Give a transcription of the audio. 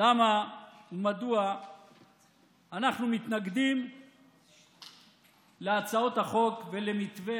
למה ומדוע אנחנו מתנגדים להצעות החוק ולמתווה